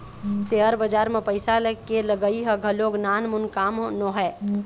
share बजार म पइसा के लगई ह घलोक नानमून काम नोहय